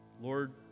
Lord